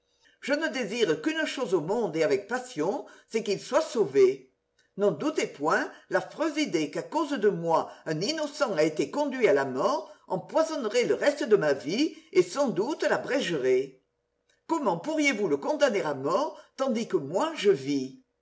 je ne désire qu'une chose au monde et avec passion c'est qu'il soit sauvé n'en doutez point l'affreuse idée qu'à cause de moi un innocent a été conduit à la mort empoisonnerait le reste de ma vie et sans doute l'abrégerait comment pourriez-vous le condamner à mort tandis que moi je vis